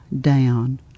down